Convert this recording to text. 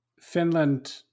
Finland